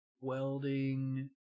welding